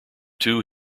two